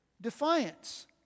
defiance